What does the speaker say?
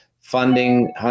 funding